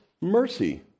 Mercy